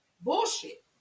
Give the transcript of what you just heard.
bullshit